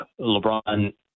LeBron